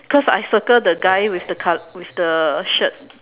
cause I circle the guy with the col~ with the shirt